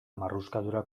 marruskadura